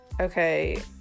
okay